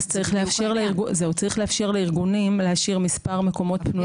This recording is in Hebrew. צריך לאפשר לארגונים להשאיר מספר מקומות פנויים.